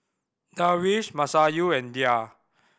Darwish Masayu and Dhia